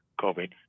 COVID